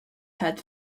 had